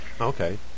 Okay